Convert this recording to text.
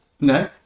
No